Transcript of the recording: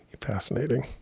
fascinating